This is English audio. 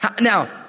Now